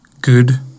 good